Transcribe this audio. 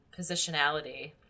positionality